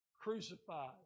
crucified